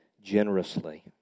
generously